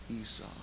Esau